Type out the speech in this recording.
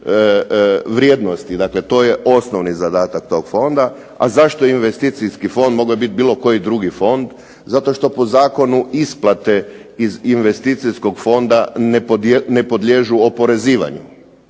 vrijednosti, to je osnovni zadatak tog fonda, a zašto investicijski fond, mogao je biti bilo koji drugi fond, zato što po zakonu isplate iz investicijskog fonda ne podliježu oporezivanju,